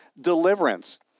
deliverance